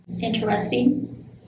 interesting